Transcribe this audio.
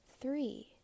Three